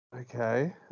okay